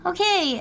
Okay